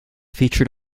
featured